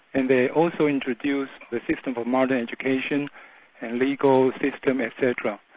and they also introduced the system for modern education, the legal system etc.